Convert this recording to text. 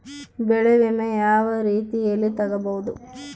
ಬೆಳೆ ವಿಮೆ ಯಾವ ರೇತಿಯಲ್ಲಿ ತಗಬಹುದು?